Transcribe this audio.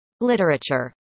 Literature